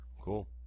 cool